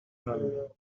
même